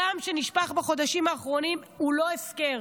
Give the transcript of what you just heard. הדם שנשפך בחודשים האחרונים הוא לא הפקר.